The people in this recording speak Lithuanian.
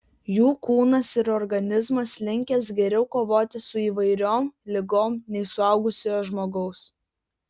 jų kūnas ir organizmas linkęs geriau kovoti su įvairiom ligom nei suaugusio žmogaus